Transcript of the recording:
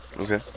Okay